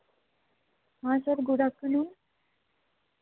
हाँ sir good afternoon